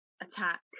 attack